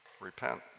Repent